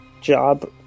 job